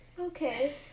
Okay